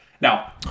Now